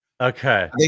Okay